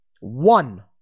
one